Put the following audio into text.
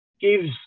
gives